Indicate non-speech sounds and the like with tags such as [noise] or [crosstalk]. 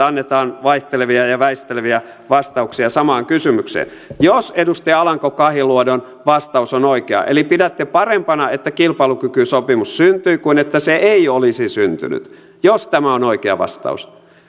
[unintelligible] annetaan vaihtelevia ja väisteleviä vastauksia samaan kysymykseen jos edustaja alanko kahiluodon vastaus on oikea eli pidätte parempana että kilpailukykysopimus syntyi kuin että se ei olisi syntynyt jos tämä on oikea vastaus